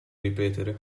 ripetere